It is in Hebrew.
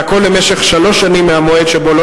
והכול למשך שלוש שנים מהמועד שבו לא